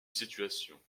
situation